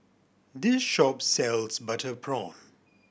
this shop sells butter prawn